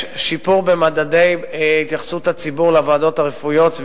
יש שיפור במדדי התייחסות הציבור לוועדות הרפואיות,